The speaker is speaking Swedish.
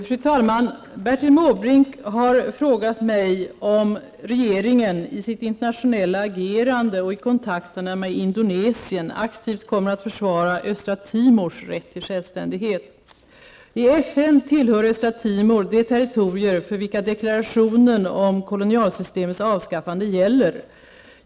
Fru talman! Bertil Måbrink har frågat mig om regeringen i sitt internationella agerande och i kontakterna med Indonesien aktivt kommer att försvara Östra Timors rätt till självständighet. I FN tillhör Östra Timor de territorier för vilka deklarationen om kolonialsystemets avskaffande gäller.